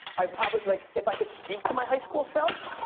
i probably, like, if i could speak to my high school self,